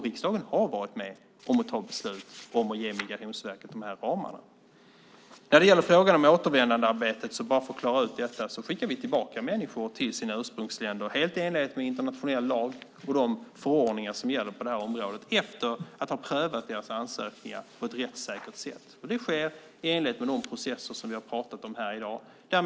Riksdagen har varit med om att fatta beslut om att ge Migrationsverket ramarna. När det gäller frågan om återvändandearbetet skickar vi tillbaka människor till sina ursprungsländer helt i enlighet med internationell lag och de förordningar som gäller på området efter att ha prövat deras ansökningar på ett rättssäkert sätt. Det sker i enlighet med de processer som vi har pratat om i dag.